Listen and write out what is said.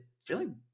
feeling